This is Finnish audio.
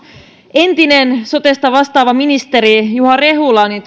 entinen sotesta vastaava ministeri juha rehula